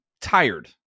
tired